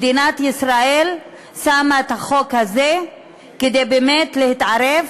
מדינת ישראל שמה את החוק הזה כדי באמת להתערב